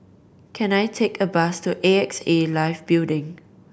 can I take a bus to A X A Life Building